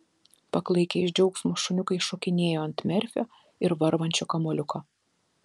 paklaikę iš džiaugsmo šuniukai šokinėjo ant merfio ir varvančio kamuoliuko